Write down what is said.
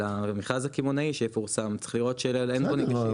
מכרז קמעונאי שפורסם, צריך לראות שאין קונים.